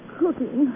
cooking